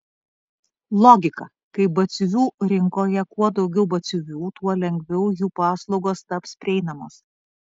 logika kaip batsiuvių rinkoje kuo daugiau batsiuvių tuo lengviau jų paslaugos taps prieinamos